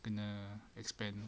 kena expand